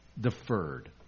deferred